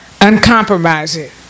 uncompromising